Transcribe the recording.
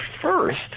first